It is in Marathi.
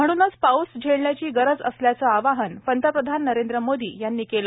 म्हणूनच पाऊस झेलण्याची गरज असल्याचं आवाहन पंतप्रधान नरेंद्र मोदी यांनी केलं